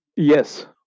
yes